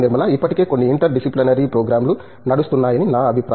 నిర్మలా ఇప్పటికే కొన్ని interdisciplinary ప్రోగ్రామ్లు నడుస్తున్నాయని నా అభిప్రాయం